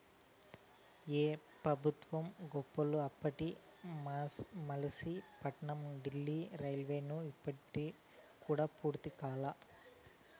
ఏందీ పెబుత్వం గప్పాలు, అప్పటి మసిలీపట్నం డీల్లీ రైల్వేలైను ఇప్పుడు కూడా పూర్తి కాలా